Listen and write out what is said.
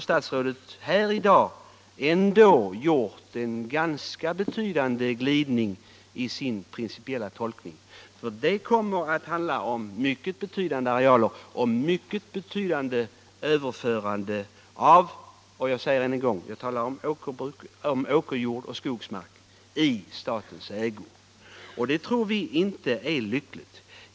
Statsrådet har alltså i dag gjort en ganska betydande glidning i sin principiella inställning. Det kommer att handla om mycket betydande arealer och ett mycket omfattande överförande av — jag säger det än en gång — åkerbruk och skogsbruk i statens ägo. Det tror vi inte är lyckligt.